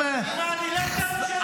עם עלילת הדם שלכם.